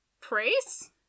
praise